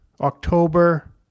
October